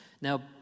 now